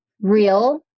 real